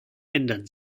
ändern